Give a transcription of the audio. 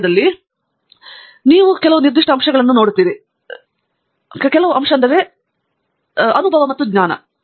ಕೊನೆಯಲ್ಲಿ ನೀವು ಪರಿಶೀಲಿಸುವ ನಿರ್ದಿಷ್ಟ ಅಂಶ ಹೆಚ್ಚು ಅನುಭವ ಮತ್ತು ಜ್ಞಾನವನ್ನು